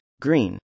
green